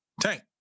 Tank